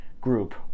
group